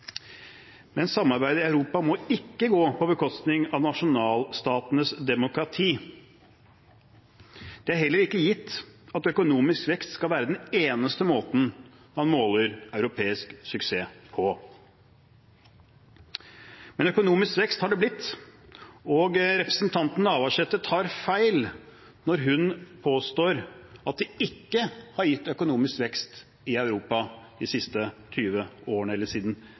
Men samarbeid i Europa må ikke gå på bekostning av nasjonalstatenes demokrati. Det er heller ikke gitt at økonomisk vekst skal være den eneste måten man måler europeisk suksess på. Men økonomisk vekst har det blitt, og representanten Navarsete tar feil når hun påstår at det ikke har gitt økonomisk vekst i Europa de siste 20 årene – eller